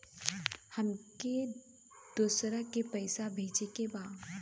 हमके दोसरा के पैसा भेजे के बा?